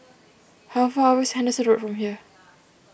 how far away is Henderson Road from here